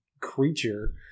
creature